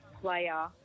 player